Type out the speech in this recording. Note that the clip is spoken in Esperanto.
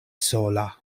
sola